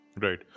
right